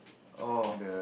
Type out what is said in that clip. oh